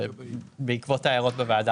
בלשון עדינה.